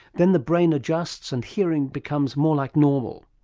then the brain adjusts and hearing becomes more like normal.